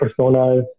personas